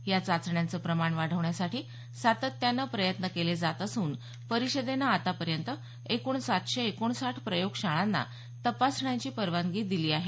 या चाचण्यांचं प्रमाण वाढवण्यासाठी सातत्यानं प्रयत्न केले जात असून परिषदेनं आतापर्यंत एकूण सातशे एकोणसाठ प्रयोगशाळांना तपासण्यांची परवानगी दिली आहे